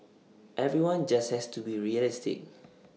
everyone just has to be realistic